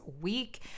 week